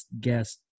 guest